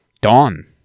Dawn